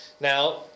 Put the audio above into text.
Now